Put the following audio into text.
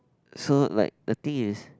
so like the thing is